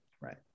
right